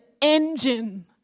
engine